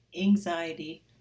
anxiety